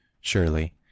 Surely